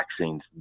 vaccines